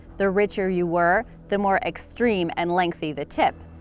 the richer you were, the more extreme and lengthy the tip.